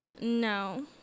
no